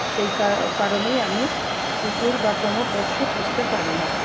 সেই কারণেই আমি কুকুর বা কোনো পশু পুষতে পারি না